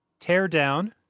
Teardown